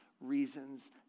reasons